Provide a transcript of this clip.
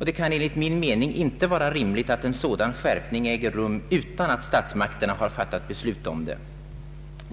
Det kan enligt min mening inte vara rimligt att en sådan skärpning äger rum utan att statsmakterna har fattat beslut om det.